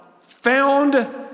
found